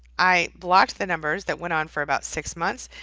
i blocked the numbers, that went on for about six months.